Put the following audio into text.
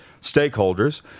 stakeholders